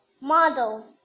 model